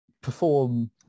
perform